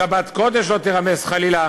שבת קודש, לא תירמס חלילה